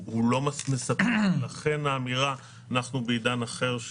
מספקת ולכן האמירה שאנחנו בעידן אחר,